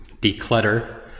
declutter